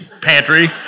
pantry